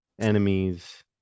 enemies